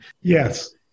Yes